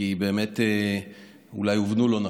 כי באמת אולי הובנו לא נכון.